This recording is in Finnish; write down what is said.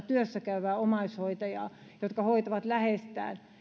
työssä käyvää omaishoitajaa jotka hoitavat läheistään